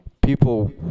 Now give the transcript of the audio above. people